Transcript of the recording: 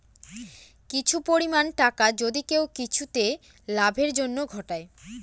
কিছু পরিমাণ টাকা যদি কেউ কিছুতে লাভের জন্য ঘটায়